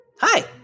Hi